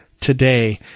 today